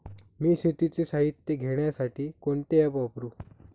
मी शेतीचे साहित्य घेण्यासाठी कोणते ॲप वापरु?